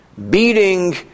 Beating